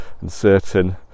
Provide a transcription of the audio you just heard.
uncertain